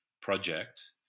project